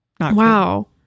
Wow